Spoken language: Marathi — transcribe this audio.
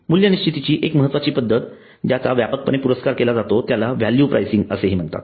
मूल्य निश्चितीची एक महत्त्वाची पद्धत ज्याचा व्यापकपणे पुरस्कार केला जातो त्याला व्हॅल्यू प्राइसिंग असे म्हणतात